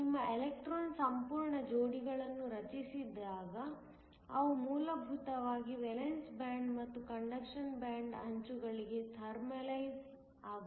ಆದ್ದರಿಂದ ನಿಮ್ಮ ಎಲೆಕ್ಟ್ರಾನ್ ಸಂಪೂರ್ಣ ಜೋಡಿಗಳನ್ನು ರಚಿಸಿದಾಗ ಅವು ಮೂಲಭೂತವಾಗಿ ವೇಲೆನ್ಸ್ ಬ್ಯಾಂಡ್ ಮತ್ತು ಕಂಡಕ್ಷನ್ ಬ್ಯಾಂಡ್ ನ ಅಂಚುಗಳಿಗೆ ಥರ್ಮಲೈಸ್ ಆಗುತ್ತವೆ